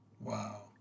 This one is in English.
wow